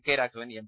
K Raghavan M